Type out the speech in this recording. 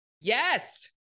Yes